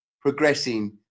progressing